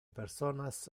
personas